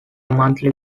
monthly